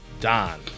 Don